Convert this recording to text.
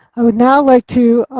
i would now like to